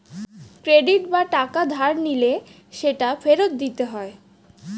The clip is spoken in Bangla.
ক্রেডিট বা টাকা ধার নিলে সেটা ফেরত দিতে হয়